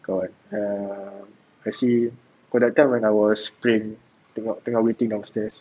got err I see oh that time when I was praying tengok tengah waiting downstairs